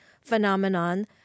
phenomenon